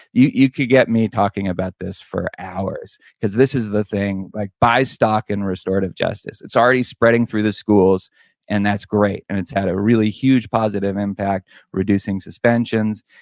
you you could get me talking about this for hours, because this is the thing like buy stock in restorative justice it's already spreading through the schools and that's great, and it's had a really huge positive impact reducing suspensions.